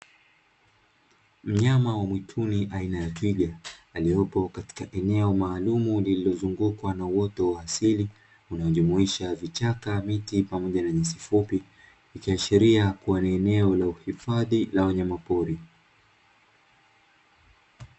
Mnyama wa mwituni aina ya twiga aliopo katika eneo maalumu lilizungukwa na uoto wa asili unaojumuisha vichaka, miti pamoja na nyasi fupi ikiashiria kuwa ni eneo la uhifadhi la wanyamapori.